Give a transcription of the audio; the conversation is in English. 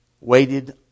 waited